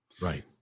Right